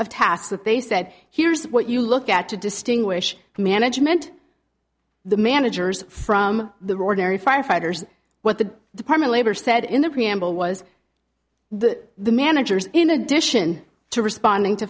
of tasks that they said here's what you look at to distinguish the management the managers from the roar very firefighters what the department labor said in the preamble was the managers in addition to responding to